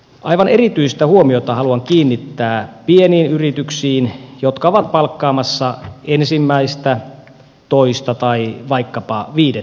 aivan erityistä huomiota haluan kiinnittää pieniin yrityksiin jotka ovat palkkaamassa ensimmäistä toista tai vaikkapa viidettä työntekijää